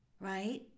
right